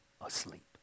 asleep